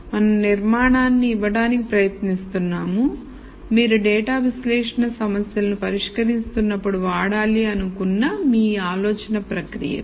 మనం నిర్మాణాన్ని ఇవ్వడానికి ప్రయత్నిస్తున్నాము మీరు డేటా విశ్లేషణ సమస్యలను పరిష్కరిస్తున్నప్పుడు వాడాలి అనుకున్న మీ ఆలోచన ప్రక్రియకు